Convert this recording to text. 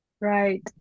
Right